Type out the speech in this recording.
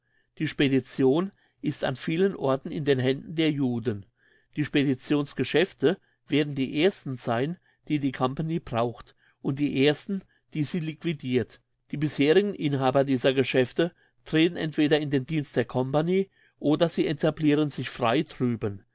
die spedition ist an vielen orten in den händen der juden die speditionsgeschäfte werden die ersten sein die die company braucht und die ersten die sie liquidirt die bisherigen inhaber dieser geschäfte treten entweder in den dienst der company oder sie etabliren sich frei